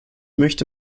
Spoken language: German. möchte